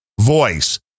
voice